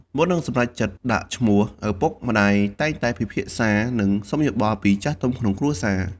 មុននឹងសម្រេចចិត្តដាក់ឈ្មោះ ឪពុកម្តាយតែងតែពិភាក្សា និងសុំយោបល់ពីចាស់ទុំក្នុងគ្រួសារ។